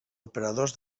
operadors